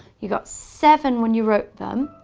you got seven when you wrote them.